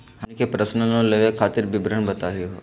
हमनी के personal loan लेवे खातीर विवरण बताही हो?